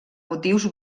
motius